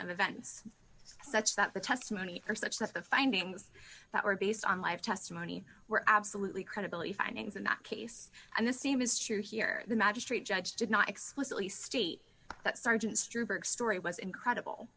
of events such that the testimony or such that the findings that were based on live testimony were absolutely credibility findings in that case and the same is true here the magistrate judge did not explicitly state that sergeant's trooper story was incredible